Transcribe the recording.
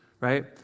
Right